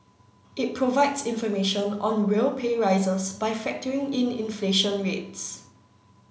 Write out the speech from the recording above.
it provides information on real pay rises by factoring in inflation rates